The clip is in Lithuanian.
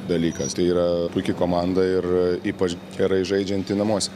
dalykas tai yra puiki komanda ir ypač gerai žaidžianti namuose